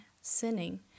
sinning